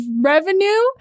revenue